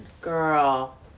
Girl